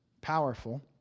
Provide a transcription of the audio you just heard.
Powerful